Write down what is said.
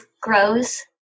grows